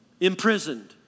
imprisoned